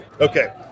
Okay